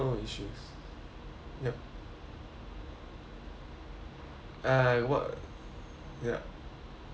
yup I what ya